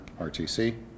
RTC